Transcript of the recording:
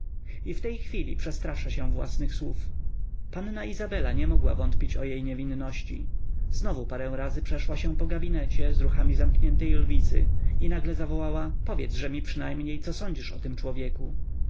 i w tej chwili przestrasza się własnych słów panna izabela nie mogła wątpić o jej niewinności znowu parę razy przeszła się po gabinecie z ruchami zamkniętej lwicy i nagle zawołała powiedzże mi przynajmniej co sądzisz o tym człowieku